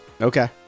Okay